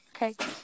Okay